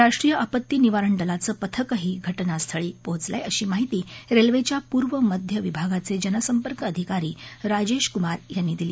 राष्ट्रीय आपत्ती निवारण दलाचं पथकही घटनास्थळी पोचलं आहे अशी माहिती रेल्वेच्या पूर्व मध्य विभागाचे जनसंपर्क अधिकारी राजेश कुमार यांनी दिली